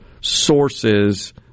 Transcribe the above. sources –